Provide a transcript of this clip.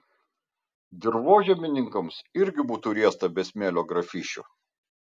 dirvožemininkams irgi būtų riesta be smėlio grafysčių